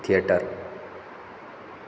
theatre